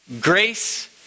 grace